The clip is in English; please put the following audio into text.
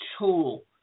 tool